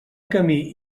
camí